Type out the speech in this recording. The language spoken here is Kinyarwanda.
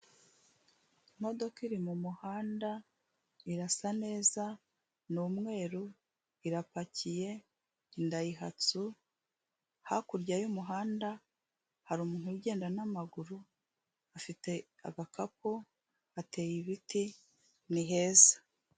Imodoka iri mu muhanda, irasa neza ni umweru, irapakiye, indayihastu, hakurya y'umuhanda hari umuntu ugenda n'amaguru afite agakapu, hateye ibiti, niheza.